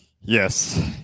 Yes